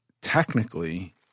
technically